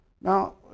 Now